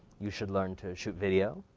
you should learn to shoot video.